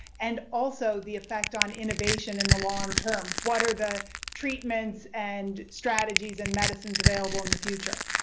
and also the effect on innovation in the long term. what are the treatments, and strategies, and medicines available in the future?